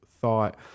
thought